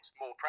more